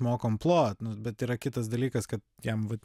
mokom plot nu bet yra kitas dalykas kad jam vat